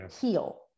heal